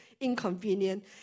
inconvenient